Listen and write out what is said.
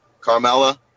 Carmella